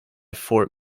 fort